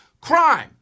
crime